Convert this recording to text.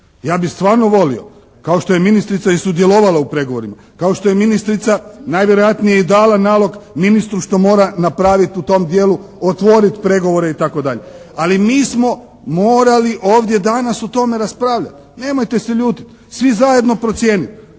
Ja bih stvarno volio kao što je ministrica i sudjelovala u pregovorima. Kao što je ministrica najvjerojatnije i dala nalog ministru što mora napraviti u tom dijelu, otvoriti pregovore i tako dalje. Ali mi smo morali ovdje danas o tome raspravljati. Nemojte se ljutiti. Svi zajedno procijeniti.